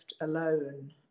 alone